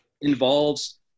involves